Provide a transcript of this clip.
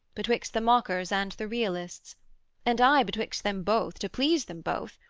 betwixt the mockers and the realists and i, betwixt them both, to please them both,